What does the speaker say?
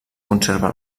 conserva